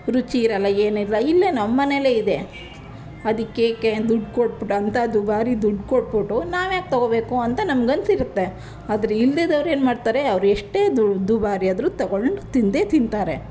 ರುಚಿ ಇರೋಲ್ಲ ಏನು ಇರೋಲ್ಲ ಇಲ್ಲೇ ನಮ್ಮ ಮನೆಯಲ್ಲೇ ಇದೆ ಅದಕ್ಕೆ ಏಕೆ ದುಡ್ಡು ಕೊಟ್ಬಿಟ್ಟು ಅಂತ ದುಬಾರಿ ದುಡ್ಡು ಕೊಟ್ಬಿಟ್ಟು ನಾವು ಯಾಕೆ ತೊಗೊಳ್ಬೇಕು ಅಂತ ನಮ್ಗೆ ಅನ್ಸಿರುತ್ತೆ ಆದರೆ ಇಲ್ದಿದ್ದವ್ರು ಏನು ಮಾಡ್ತಾರೆ ಅವ್ರು ಎಷ್ಟೇ ದುಬಾರಿ ಆದರೂ ತೊಗೊಂಡು ತಿಂದೇ ತಿಂತಾರೆ